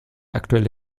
aktuelle